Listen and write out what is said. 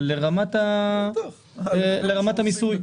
לרמת המיסוי.